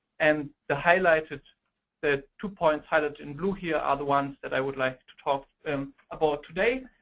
and the highlighted the two points highlighted in blue here are the ones that i would like to talk about today.